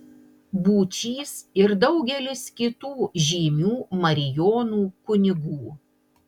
būčys ir daugelis kitų žymių marijonų kunigų